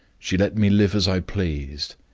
she let me live as i pleased.